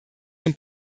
zum